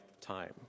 time